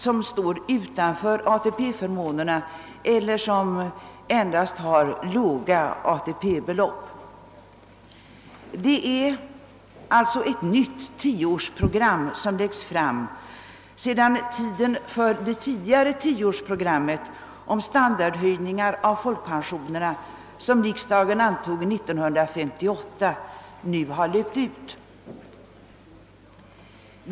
som står utanför ATP förmånerna eller som endast har låga ATP-belopp. Det är alltså ett nytt tioårsprogram som läggs fram, sedan tiden för det tidigare tioårsprogrammet om standardhöjningar av folkpensionerna som riksdagen antog 1958, nu har löpt ut.